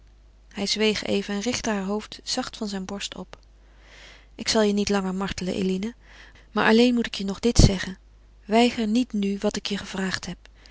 hij zweeg even en richtte haar hoofd zacht van zijn borst op ik zal je niet langer martelen eline maar alleen moet ik je nog dit zeggen weiger nu niet wat ik je gevraagd heb